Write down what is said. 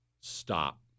stop